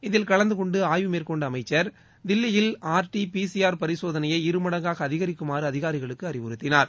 இதில் கலந்து கொண்டு ஆய்வு மேற்கொண்ட அமைச்சர் தில்லியில் ஆர்டி பிசிஆர் பரிசோதனையை இரு மடங்காக அதிகரிக்குமாறு அதிகாரிகளுக்கு அறிவுறுத்தினார்